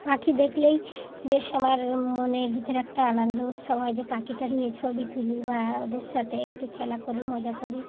পাখি দেখলেই বেশ আমার মনের ভিতরে একটা আনন্দ উৎসব হয় যে পাখিটা নিয়ে ছবি তুলি বা ওদের সাথে একটু খেলা করি মজা করি